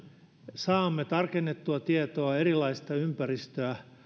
saamme tarkennettua tietoa erilaisista ympäristöä